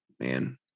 man